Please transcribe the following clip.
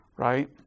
Right